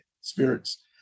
spirits